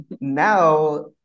Now